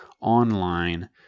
online